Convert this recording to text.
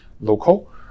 local